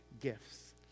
gifts